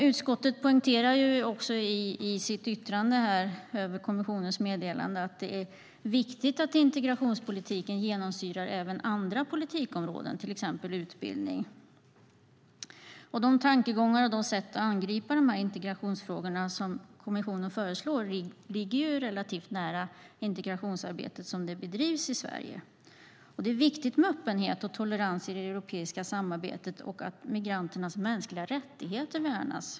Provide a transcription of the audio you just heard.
Utskottet säger i sitt yttrande över kommissionens meddelande att det är viktigt att integrationspolitiken genomsyrar även andra politikområden, till exempel utbildning. De tankegångar och sätt att angripa dessa integrationsfrågor som kommissionen föreslår ligger relativt nära det integrationsarbete som bedrivs i Sverige. Det är viktigt med öppenhet och tolerans i det europeiska samarbetet och att framför allt migranternas mänskliga rättigheter värnas.